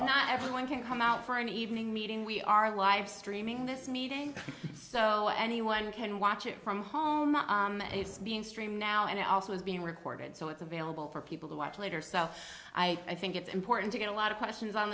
not everyone can come out for an evening meeting we are live streaming this meeting so anyone can watch it from home it's being streamed now and it also is being recorded so it's available for people to watch later so i i think it's important to get a lot of questions on